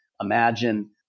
imagine